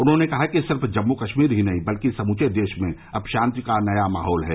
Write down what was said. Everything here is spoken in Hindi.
उन्होंने कहा कि सिर्फ जम्मू कश्मीर ही नहीं बल्कि समूचे देश में अब शांति का नया माहौल है